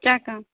کیا کام